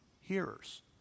Hearers